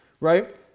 right